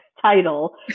title